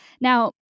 Now